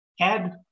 Ed